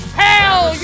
hell